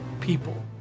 people